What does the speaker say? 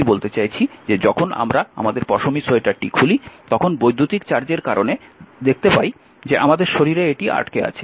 আমি বলতে চাইছি যে যখন আমরা আমাদের পশমী সোয়েটারটি খুলি তখন বৈদ্যুতিক চার্জের কারণে দেখতে পাই যে আমাদের শরীরে এটি আটকে আছে